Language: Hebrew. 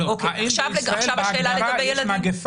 עכשיו השאלה לגבי ילדים.